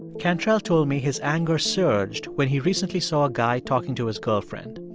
cantrell told me his anger surged when he recently saw a guy talking to his girlfriend.